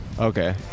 Okay